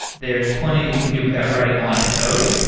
there is plenty that you can do without writing a line of code,